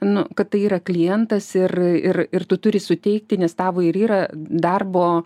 nu kad tai yra klientas ir ir ir tu turi suteikti nes tavo ir yra darbo